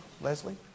Leslie